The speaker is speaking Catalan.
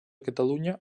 catalunya